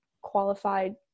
qualified